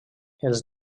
els